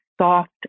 soft